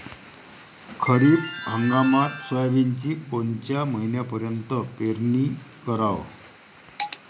खरीप हंगामात सोयाबीनची कोनच्या महिन्यापर्यंत पेरनी कराव?